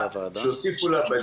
לה"ב.